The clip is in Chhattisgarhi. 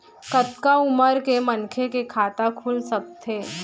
कतका उमर के मनखे के खाता खुल सकथे?